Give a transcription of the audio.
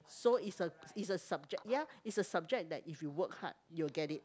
so is a is a subject ya is a subject that if you work hard you'll get it